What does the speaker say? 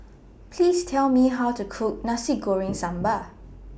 Please Tell Me How to Cook Nasi Goreng Sambal